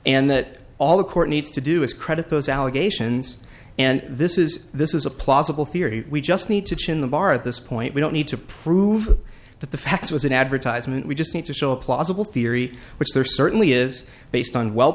and that all the court needs to do is credit those allegations and this is this is a plausible theory we just need to chin the bar at this point we don't need to prove that the fax was an advertisement we just need to show a plausible theory which there certainly is based on well